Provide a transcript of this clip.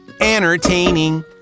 entertaining